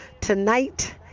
tonight